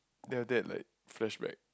then after that like flash back